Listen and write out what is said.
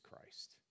Christ